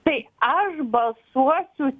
tai aš balsuosiu